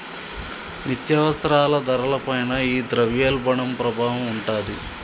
నిత్యావసరాల ధరల పైన ఈ ద్రవ్యోల్బణం ప్రభావం ఉంటాది